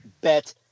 bet